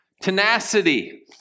tenacity